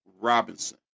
Robinson